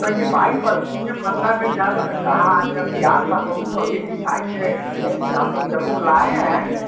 twenty five percent की मात्रा में जब हाँ हाँ जब भी आता तो उसको अभी एट्टी फाइव की रेंज में हम लोग जरूर लाएँ हैं